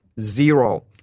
Zero